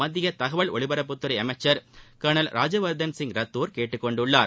மத்திய தகவல் ஒலிபரப்புத்துறை அமைச்சர் கர்னல் ராஜ்யவர்தன் ரத்தோர் கேட்டுக் கொண்டுள்ளார்